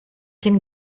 can